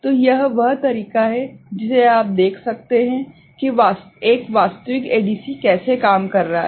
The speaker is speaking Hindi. तो यह वह तरीका है जिसे आप देख सकते हैं कि एक वास्तविक एडीसी कैसे काम कर रहा है